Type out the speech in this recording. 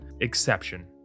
Exception